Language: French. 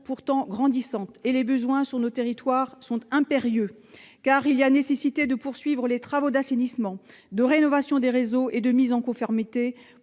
pourtant grandissantes et les besoins sur nos territoires impérieux, car il est nécessaire de poursuivre les travaux d'assainissement, de rénovation et de mise en conformité